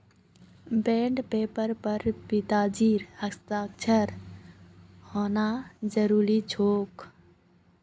bond पेपरेर पर पिताजीर हस्ताक्षर होना जरूरी छेक